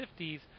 50s